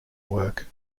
work